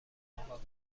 مقابل